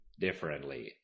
differently